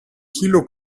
kilo